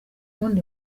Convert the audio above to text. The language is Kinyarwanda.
wundi